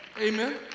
Amen